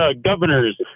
governors